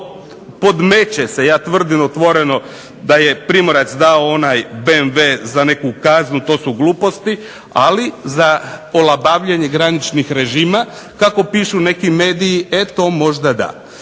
podmeće se ja tvrdim otvoreno da je Primorac dao onaj BMW za neku kaznu to su gluposti ali olabavljenje graničnih režima, kako pišu neki mediji možda da.